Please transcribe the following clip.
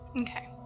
Okay